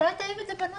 אפשר לטייב את זה בנוסח.